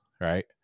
right